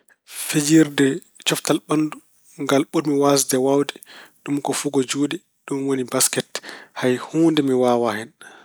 Fijirde coftal ɓanndu ngal ɓurmi waasde waawde ɗum ko fugo juuɗe, ɗum woni Baasket. Hay huunde mi waawaa hen.